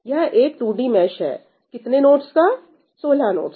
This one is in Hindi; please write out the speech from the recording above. यह एक 2D मैश है कितने नोडस का 16 नोडस का